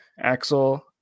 Axel